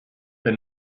the